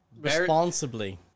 responsibly